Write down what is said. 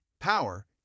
power